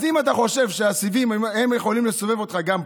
אז אם אתה חושב שהסיבים יכולים לסובב אותך גם פה,